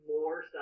more